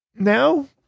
now